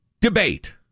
debate